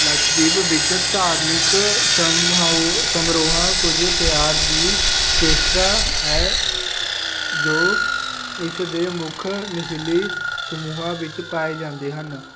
ਲਕਸ਼ਦੀਪ ਵਿੱਚ ਧਾਰਮਿਕ ਸਮਆਓ ਸਮਰੋਹਾਂ ਕੁਝ ਤਿਉਹਾਰ ਦੀ ਵਿਸ਼ੇਸ਼ਤਾ ਹੈ ਜੋ ਇਸ ਦੇ ਮੁੱਖ ਨਸ਼ੀਲੀ ਸਮੂਹਾਂ ਵਿੱਚ ਪਾਏ ਜਾਂਦੇ ਹਨ